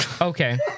Okay